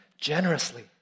generously